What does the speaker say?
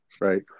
right